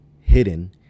hidden